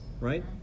right